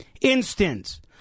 instance